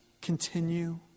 continue